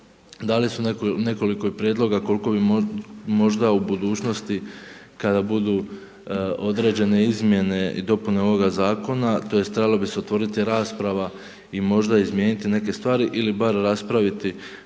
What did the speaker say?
Dali su i nekoliko prijedloga koliko bi možda u budućnosti kada budu određene izmjene i dopune ovoga zakona, tj. trebalo bi se otvoriti rasprava i možda izmijeniti neke stvari ili bar raspraviti